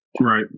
Right